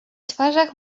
twarzach